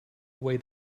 away